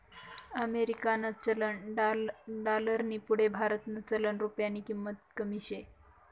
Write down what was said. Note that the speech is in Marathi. अमेरिकानं चलन डालरनी पुढे भारतनं चलन रुप्यानी किंमत कमी शे